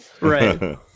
Right